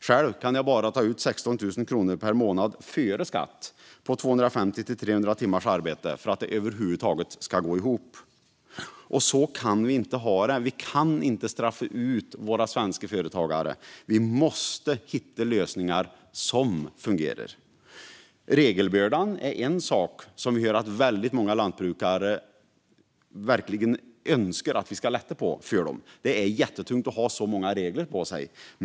Själv kan jag bara ta ut 16 000 kronor per månad före skatt på 250-300 timmars arbete för att det över huvud taget ska gå ihop. Så kan vi inte ha det. Vi kan inte straffa ut våra svenska företagare. Vi måste hitta lösningar som fungerar. Regelbördan är en sak som väldigt många lantbrukare verkligen önskar att vi ska lätta på. Det är jättetungt att ha så många regler på sig.